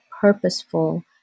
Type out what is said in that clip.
purposeful